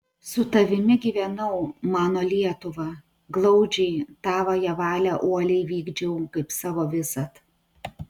su tavimi gyvenau mano lietuva glaudžiai tavąją valią uoliai vykdžiau kaip savo visad